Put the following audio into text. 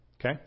Okay